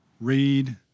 read